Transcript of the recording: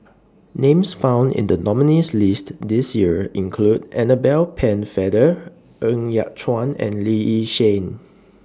Names found in The nominees' list This Year include Annabel Pennefather Ng Yat Chuan and Lee Yi Shyan